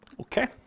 Okay